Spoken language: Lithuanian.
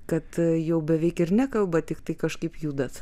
kad jau beveik ir nekalbat tiktai kažkaip judat